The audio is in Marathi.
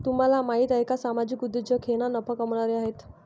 तुम्हाला माहिती आहे का सामाजिक उद्योजक हे ना नफा कमावणारे आहेत